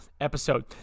episode